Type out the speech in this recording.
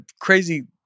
crazy